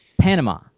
Panama